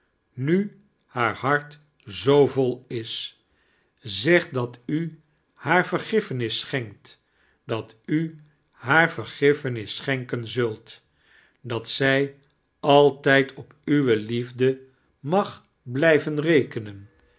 nu haar hart zoo vol is zeg dat u haar vergiffenis schemfe dat u haar vergiffenis sohenken zult dat zij altijd op uwe liefde mag blijven rekenen